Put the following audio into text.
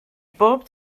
bob